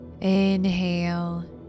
Inhale